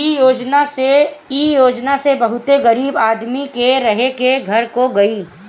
इ योजना से बहुते गरीब आदमी के रहे के घर हो गइल